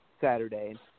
Saturday